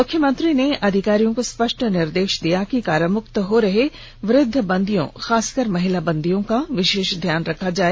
मुख्यमंत्री ने अधिकारियों को स्पष्ट निर्देश दिया कि कारामुक्त हो रहे वृद्ध बंदियों खासकर महिला बंदियों को विशेष ध्यान रखें